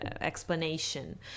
explanation